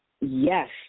yes